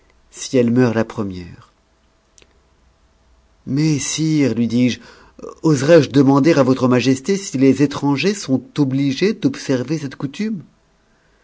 si elle meurt a première mais sire lui dis-je oserais-je demander à votre majesté si les ctrao ers sont obligés d'observer cette coutume